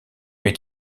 est